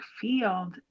field